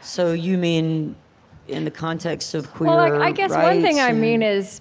so you mean in the context of i i guess, one thing i mean is